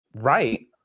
right